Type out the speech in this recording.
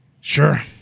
Sure